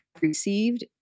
received